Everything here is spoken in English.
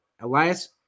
Elias